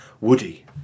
Woody